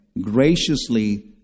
graciously